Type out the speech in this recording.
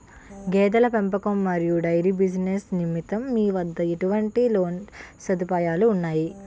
గేదెల పెంపకం మరియు డైరీ బిజినెస్ నిమిత్తం మీ వద్ద ఎటువంటి లోన్ సదుపాయాలు ఉన్నాయి?